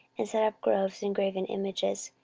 and set up groves and graven images,